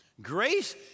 Grace